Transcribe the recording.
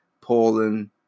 Poland